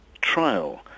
trial